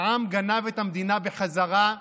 העם גנב את המדינה בחזרה,